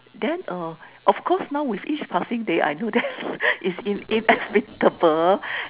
then uh of course now with each passing day I know that it's inevitable